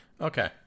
Okay